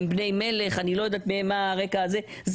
הם בני מלך, אני לא יודעת מה הרקע הזה.